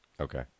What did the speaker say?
Okay